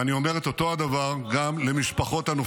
תאמר את זה לוול סטריט ג'ורנל.